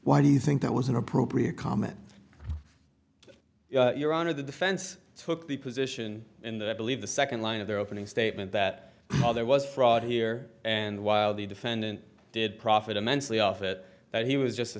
why do you think that was an appropriate comment your honor the defense took the position in the i believe the second line of their opening statement that there was fraud here and while the defendant did profit immensely off it that he was just a